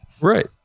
right